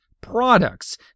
products